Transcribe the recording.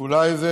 ואולי זה